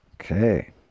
Okay